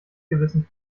gewissen